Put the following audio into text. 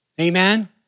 Amen